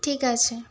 ঠিক আছে